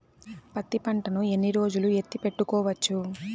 పత్తి పంటను ఎన్ని రోజులు ఎత్తి పెట్టుకోవచ్చు?